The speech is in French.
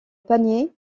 panier